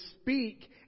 speak